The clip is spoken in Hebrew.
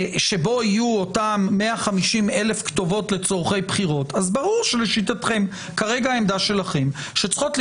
וביקשנו שביישובים שיש בהם מבני ציבור כמו מרפאות או בתי